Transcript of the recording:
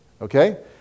Okay